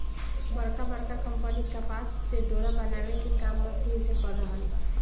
बड़का बड़का कंपनी कपास से डोरा बनावे के काम मशीन से कर रहल बा